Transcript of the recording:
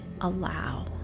allow